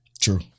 True